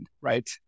right